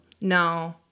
no